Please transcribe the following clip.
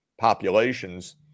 populations